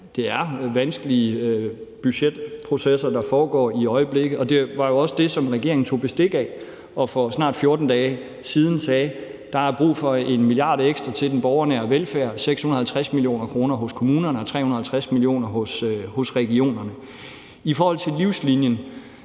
det er vanskelige budgetprocesser, der foregår i øjeblikket, og det var jo også det, som regeringen tog bestik af, og som gjorde, at regeringen for snart 14 dage siden sagde, at der er brug for 1 mia. kr. ekstra til den borgernære velfærd, altså 650 mio. kr. hos kommunerne og 350 mio. kr. hos regionerne. I forhold til Livslinien